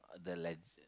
The-Legend